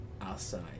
outside